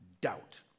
doubt